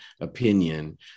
opinion